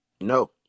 No